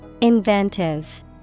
Inventive